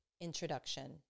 Introduction